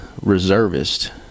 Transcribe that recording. reservist